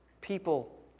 people